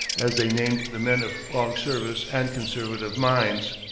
as they named the men of long service and conservative minds.